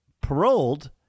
paroled